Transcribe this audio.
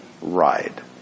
ride